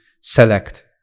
select